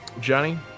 Johnny